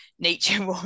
Nature